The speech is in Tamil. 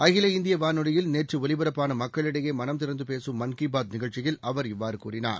அகில இந்தியவானொலியில் இன்றுஒலிபரப்பானமக்களிடையேமனம் திறந்துபேசும் மன் கி பாத் நிகழ்ச்சியில் அவர் இவ்வாறுகூறினார்